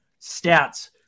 stats